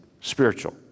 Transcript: spiritual